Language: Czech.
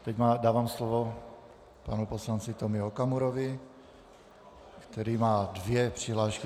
Teď dávám slovo panu poslanci Okamurovi, který má dvě přihlášky.